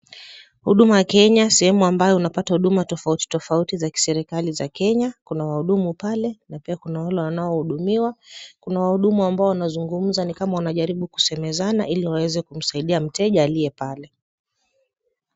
Huduma Kenya sehemu ambayo unapata huduma tofautitofauti za kiserekali za Kenya, kuna wahumu pale na pia kuna wale wanaohudumiwa. Kuna wahudumu ambao wanazungumza ni kama wanajaribu kusemezana ili waweze kumsaidia mteja aliye pale.